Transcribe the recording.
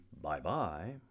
bye-bye